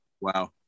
Wow